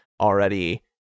already